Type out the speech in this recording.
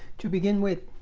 to begin with